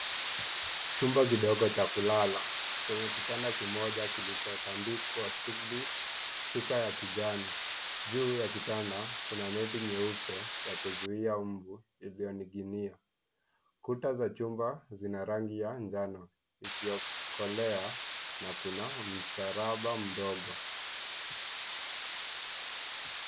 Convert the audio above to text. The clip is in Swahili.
Chumba kidogo cha kulala chenye kitanda kimoja kilichotandikwa shuka ya kijani. Juu ya kitanda kuna neti nyeupe ya kuzuia mbu iliyoning'inia. Kuta za chumba zina rangi ya njano isiyokolea na kuna msalaba mdogo.